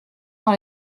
dans